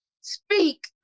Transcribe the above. Speak